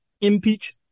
impeach